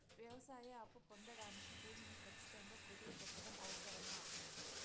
వ్యవసాయ అప్పు పొందడానికి భూమిని ఖచ్చితంగా కుదువు పెట్టడం అవసరమా?